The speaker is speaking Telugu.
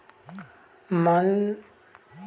బాదం మిల్క్ తాగినాక మందుతాగినట్లు తూల్తున్నడు సూడు